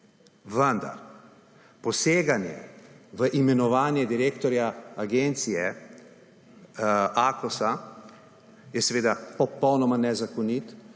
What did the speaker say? vendar poseganje v imenovanje direktorja agencije AKOSA je seveda popolnoma nezakonit